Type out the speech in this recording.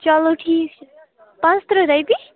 چلو ٹھیٖک چھِ پانٛژھ تٕرٛہ رۄپیہِ